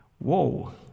whoa